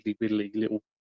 little